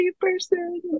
person